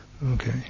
Okay